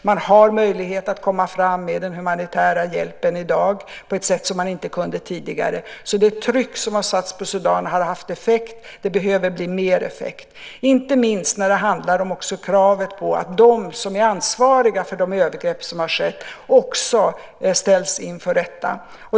Man kan komma fram med den humanitära hjälpen i dag på ett sätt som man inte kunde tidigare. Det tryck som har satts på Sudan har haft effekt. Det behöver bli mer effekt, inte minst när det handlar om kravet på att också de som är ansvariga för de övergrepp som har skett ställs inför rätta.